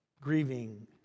grieving